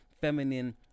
feminine